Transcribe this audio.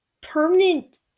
permanent